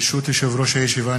ברשות יושב-ראש הישיבה,